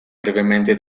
brevemente